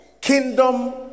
kingdom